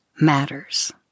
matters